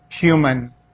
human